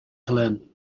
helene